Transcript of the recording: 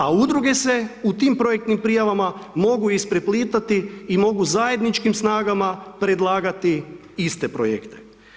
A udruge se u tim projektnim prijavama mogu ispreplitati i mogu zajedničkim snagama predlagati iste projekte.